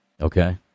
Okay